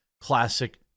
Classic